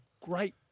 great